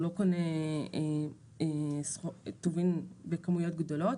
הוא לא קונה טובין בכמויות גדולות